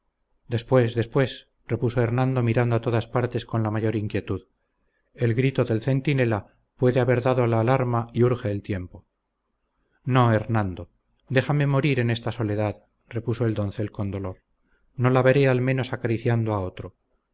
después después repuso hernando mirando a todas partes con la mayor inquietud el grito del centinela puede haber dado la alarma y urge el tiempo no hernando déjame morir en esta soledad repuso el doncel con dolor no la veré al menos acariciando a otro